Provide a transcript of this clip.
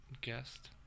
guest